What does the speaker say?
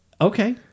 Okay